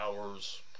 hours